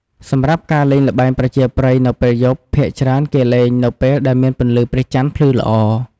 សម្រាប់ការលេងល្បែងប្រជាប្រិយនៅពេលយប់ភាគច្រើនគេលេងនៅពេលដែលមានពន្លឺព្រះចន្ទភ្លឺល្អ។